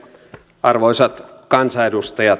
arvoisat kansanedustajat